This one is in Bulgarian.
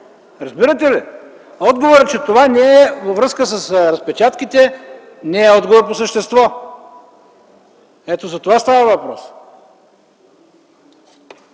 Разбирате ли? Отговорът, че това не е във връзка с разпечатките, не е отговор по същество! Ето за това става въпрос!